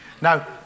Now